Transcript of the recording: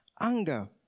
Anger